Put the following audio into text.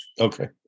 Okay